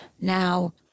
Now